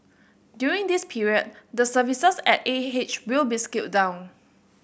during this period the services at A H will be scaled down